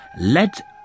Let